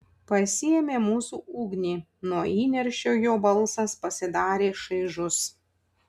pasiėmė mūsų ugnį nuo įniršio jo balsas pasidarė šaižus